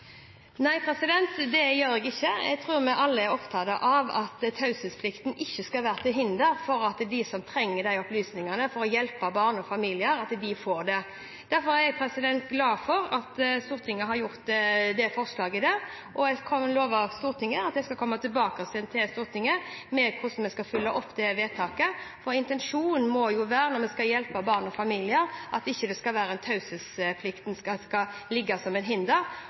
Nei, det gjør jeg ikke. Jeg tror vi alle er opptatt av at taushetsplikten ikke skal være til hinder for at de som trenger opplysninger for å hjelpe barn og familier, får det. Derfor er jeg glad for at Stortinget har kommet med det forslaget. Jeg kan love at jeg skal komme tilbake til Stortinget med hvordan vi skal følge opp det forslaget. Intensjonen må jo være, når vi skal hjelpe barn og familier, at taushetsplikten ikke skal ligge som et hinder.